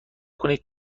کنید